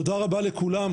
תודה רבה לכולם,